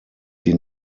sie